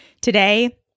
Today